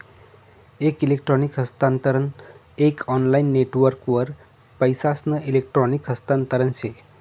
एक इलेक्ट्रॉनिक हस्तांतरण एक ऑनलाईन नेटवर्कवर पैसासना इलेक्ट्रॉनिक हस्तांतरण से